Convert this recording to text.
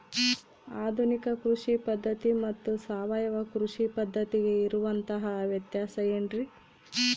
ಆಧುನಿಕ ಕೃಷಿ ಪದ್ಧತಿ ಮತ್ತು ಸಾವಯವ ಕೃಷಿ ಪದ್ಧತಿಗೆ ಇರುವಂತಂಹ ವ್ಯತ್ಯಾಸ ಏನ್ರಿ?